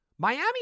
Miami